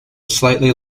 slightly